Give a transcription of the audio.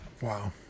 wow